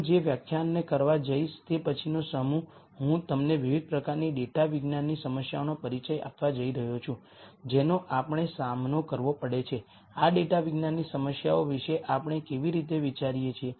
હું જે વ્યાખ્યાનને કરવા જઈશ તે પછીનો સમૂહ હું તમને વિવિધ પ્રકારની ડેટાવિજ્ઞાનની સમસ્યાઓનો પરિચય આપવા જઈ રહ્યો છું જેનો આપણે સામનો કરવો પડે છે આ ડેટાવિજ્ઞાનની સમસ્યાઓ વિશે આપણે કેવી રીતે વિચારીએ છીએ